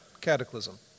cataclysm